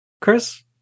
Chris